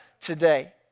today